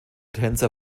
tänzer